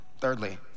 Thirdly